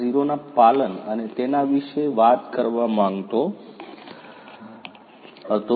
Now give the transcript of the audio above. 0 ના પાલન અને તેના વિશે વાત કરવા માંગતો હતો